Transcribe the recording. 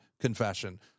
confession